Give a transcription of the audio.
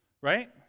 Right